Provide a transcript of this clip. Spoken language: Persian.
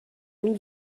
اون